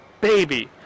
baby